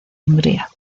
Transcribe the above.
hungría